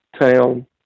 town